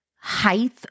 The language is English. height